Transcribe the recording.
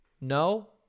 No